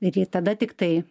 daryt tada tiktai